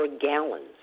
gallons